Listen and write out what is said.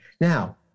now